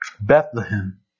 Bethlehem